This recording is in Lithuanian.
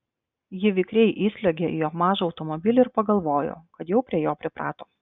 ji vikriai įsliuogė į jo mažą automobilį ir pagalvojo kad jau prie jo priprato